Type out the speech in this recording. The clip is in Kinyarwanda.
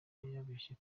kubeshya